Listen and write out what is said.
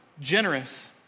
generous